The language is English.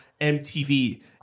MTV